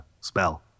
spell